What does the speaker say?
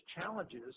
challenges